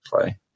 play